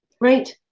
Right